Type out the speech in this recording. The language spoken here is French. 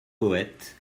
poète